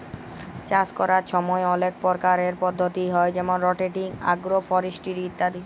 চাষ ক্যরার ছময় অলেক পরকারের পদ্ধতি হ্যয় যেমল রটেটিং, আগ্রো ফরেস্টিরি ইত্যাদি